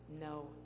no